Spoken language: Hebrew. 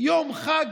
יום חג,